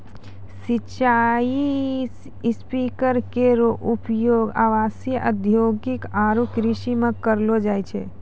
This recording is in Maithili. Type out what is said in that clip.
सिंचाई स्प्रिंकलर केरो उपयोग आवासीय, औद्योगिक आरु कृषि म करलो जाय छै